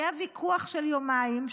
היה ויכוח של יומיים,